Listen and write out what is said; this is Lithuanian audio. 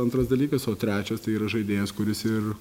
antras dalykas o trečias tai yra žaidėjas kuris ir